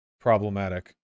problematic